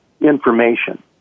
information